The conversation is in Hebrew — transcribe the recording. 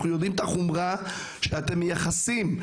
אנחנו יודעים את החומרה שאתם מייחסים.